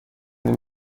این